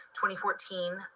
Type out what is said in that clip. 2014